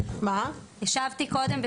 אבל אני השבתי על כך קודם שאנחנו לא מריצים.